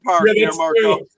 Marco